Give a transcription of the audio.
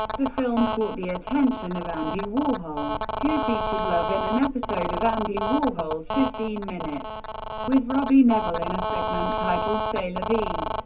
the film caught the attention of andy warhol, who featured love in an episode of andy warhol's fifteen minutes with robbie nevil in a segment titled c'est la vie.